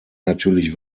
natürlich